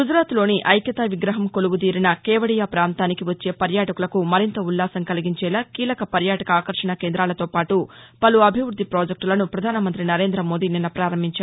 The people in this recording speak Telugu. గుజరాత్లోని ఐక్యతా విగ్రహం కొలువుదీరిన కేపడియా ప్రాంతానికి వచ్చే పర్యాటకులకు మరింత ఉల్లాసం కలిగించేలా కీలక పర్యాటక ఆకర్షణ కేంద్రాలతో పాటు పలు అభివృద్ది పాజెక్టులను ప్రధానమంత్రి నరేంద్రమోదీ నిన్న పారంభించారు